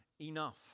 enough